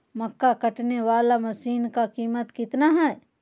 मक्का कटने बाला मसीन का कीमत कितना है?